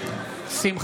נגד